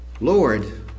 Lord